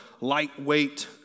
lightweight